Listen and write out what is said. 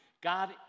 God